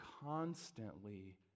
constantly